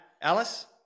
Alice